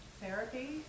therapy